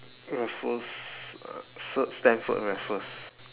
raffles uh sir stamford raffles